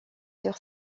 sur